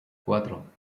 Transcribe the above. cuatro